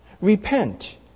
Repent